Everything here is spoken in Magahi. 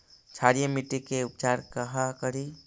क्षारीय मिट्टी के उपचार कहा करी?